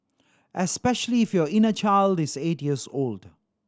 especially if your inner child is eight years old